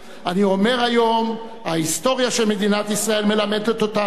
אומר היום: ההיסטוריה של מדינת ישראל מלמדת אותנו,